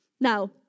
Now